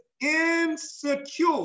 insecure